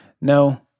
No